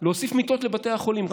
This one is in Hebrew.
להוסיף מיטות לבתי החולים.